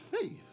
faith